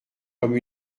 comme